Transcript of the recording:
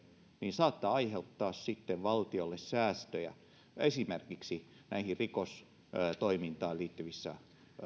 saattaa aiheuttaa sitten valtiolle säästöjä esimerkiksi näihin rikostoimintaan liittyvissä